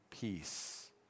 peace